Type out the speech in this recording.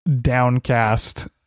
downcast